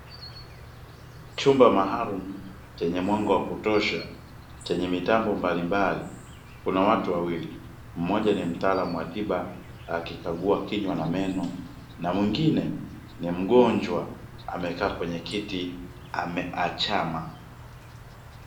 Chumba maalumu chenye mwanga wa kutosha chenye mitambo mbalimbali. Kuna watu wawili, mmoja ni mtaalamu wa tiba akikagua kinywa na meno na mwingine ni mgonjwa amekaa kwenye kiti ameachama.